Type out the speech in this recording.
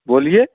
बोलिये